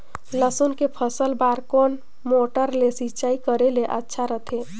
लसुन के फसल बार कोन मोटर ले सिंचाई करे ले अच्छा रथे?